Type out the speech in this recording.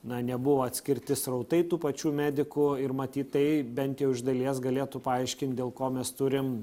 na nebuvo atskirti srautai tų pačių medikų ir matyt tai bent jau iš dalies galėtų paaiškint dėl ko mes turim